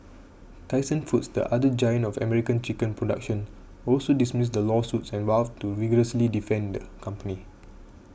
Tyson Foods the other giant of American chicken production also dismissed the lawsuits and vowed to vigorously defend the company